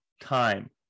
time